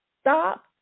stop